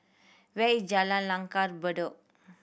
where is Jalan Langgar Bedok